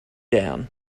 down